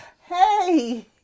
Hey